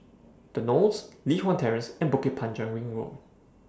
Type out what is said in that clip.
The Knolls Li Hwan Terrace and Bukit Panjang Ring Road